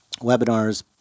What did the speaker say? webinars